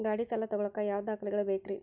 ಗಾಡಿ ಸಾಲ ತಗೋಳಾಕ ಯಾವ ದಾಖಲೆಗಳ ಬೇಕ್ರಿ?